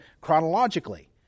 chronologically